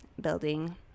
building